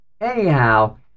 anyhow